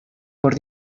por